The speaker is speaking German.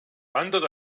andere